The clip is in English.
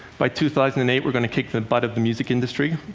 by two thousand and eight, we're going to kick the butt of the music industry.